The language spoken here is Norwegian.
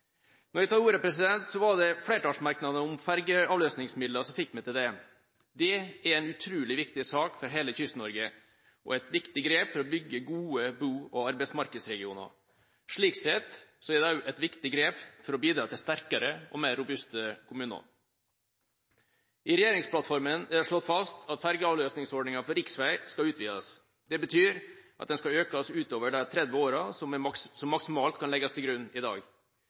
Når jeg tar ordet, var det flertallsmerknadene om fergeavløsningsmidler som fikk meg til det. Det er en utrolig viktig sak for hele Kyst-Norge og et viktig grep for å bygge gode bo- og arbeidsmarkedsregioner. Slik sett er det også et viktig grep for å bidra til sterkere og mer robuste kommuner. I regjeringsplattformen er det slått fast at fergeavløsningsordningen for riksvei skal utvides. Det betyr at den skal økes utover de 30 årene som maksimalt kan legges til grunn i dag.